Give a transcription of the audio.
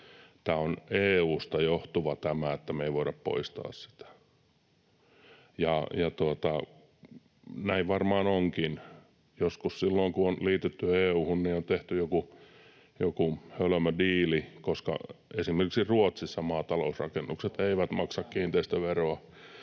tämä on EU:sta johtuva, että me ei voida poistaa sitä. Ja näin varmaan onkin. Silloin joskus, kun on liitytty EU:hun, on tehty joku hölmö diili. Esimerkiksi Ruotsissa maatalousrakennukset eivät maksa kiinteistöveroa.